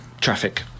traffic